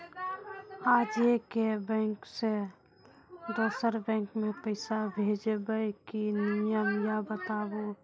आजे के बैंक से दोसर बैंक मे पैसा भेज ब की नियम या बताबू?